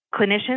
Clinicians